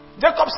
Jacob